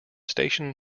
station